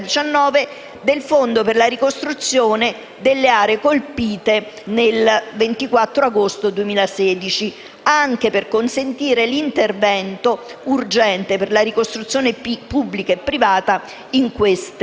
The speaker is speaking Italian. del Fondo per la ricostruzione delle aree colpite il 24 agosto 2016, anche per consentire l'intervento urgente per la ricostruzione pubblica e privata in quelle aree.